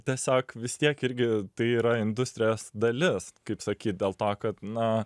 tiesiog vis tiek irgi tai yra industrijos dalis kaip sakyt dėl to kad na